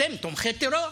אתם תומכי טרור,